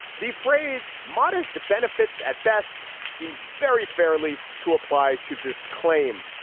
the phrase modest benefits at best seems very fairly to apply to this claim.